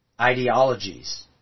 ideologies